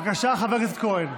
בבקשה, חבר הכנסת כהן.